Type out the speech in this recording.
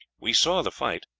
we saw the fight,